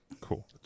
Cool